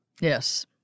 Yes